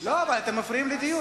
הפרלמנט,